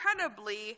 incredibly